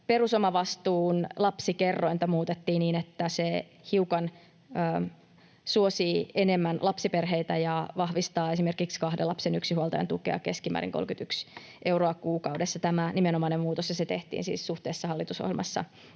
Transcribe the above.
Perusomavastuun lapsikerrointa muutettiin niin että se suosii hiukan enemmän lapsiperheitä ja vahvistaa esimerkiksi kahden lapsen yksinhuoltajan tukea keskimäärin 31 euroa kuukaudessa. Tämä nimenomainen muutos tehtiin siis suhteessa hallitusohjelmassa